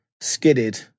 skidded